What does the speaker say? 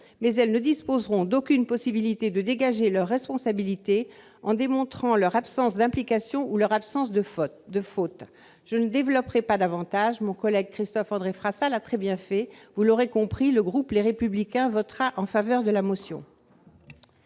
Mais elles ne disposeront d'aucune possibilité de dégager leur responsabilité en démontrant leur absence d'implication ou de faute. Je ne développerai pas davantage mon propos ; mon collègue Christophe-André Frassa l'a très bien fait. Vous l'aurez compris : le groupe Les Républicains votera pour la motion.